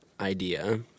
idea